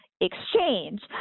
exchange